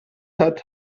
hat